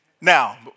Now